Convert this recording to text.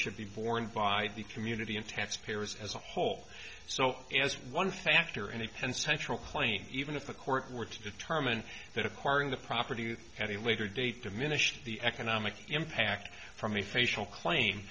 should be borne by the community and tax payers as a whole so as one factor in the penn central claim even if a court were to determine that acquiring the property at a later date diminished the economic impact from a facial claim